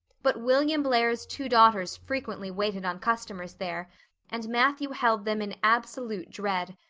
but william blair's two daughters frequently waited on customers there and matthew held them in absolute dread.